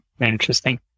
interesting